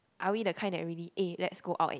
are we the kind that really eh let's go out and